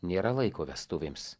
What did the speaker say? nėra laiko vestuvėms